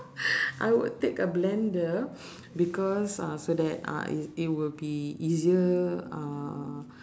I would take a blender because uh so that uh it it will be easier uh